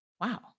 wow